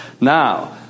Now